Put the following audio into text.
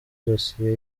dosiye